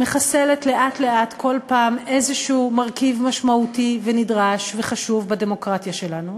מחסלים לאט-לאט כל פעם איזה מרכיב משמעותי ונדרש וחשוב בדמוקרטיה שלנו,